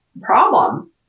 problem